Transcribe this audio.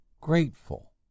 grateful